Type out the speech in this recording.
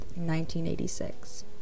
1986